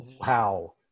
Wow